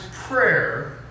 prayer